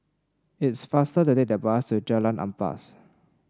it's faster to take the bus to Jalan Ampas